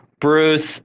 Bruce